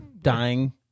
dying